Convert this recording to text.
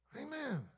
Amen